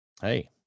Hey